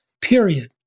period